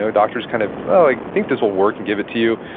so doctors kind of, i think this will work and give it to you.